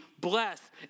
bless